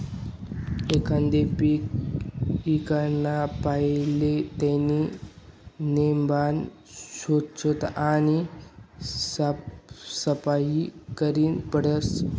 एखांद पीक ईकाना पहिले त्यानी नेमबन सोच्छता आणि साफसफाई करनी पडस